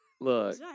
Look